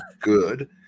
good